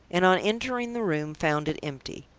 and on entering the room found it empty.